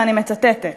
ואני מצטטת: